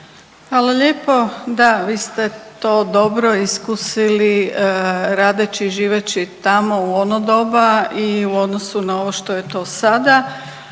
Hvala lijepo. Da, vi ste to dobro iskusili radeći i živeći tamo u ono doba i u odnosu na ono što je to sada.